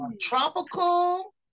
tropical